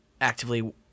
actively